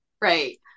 Right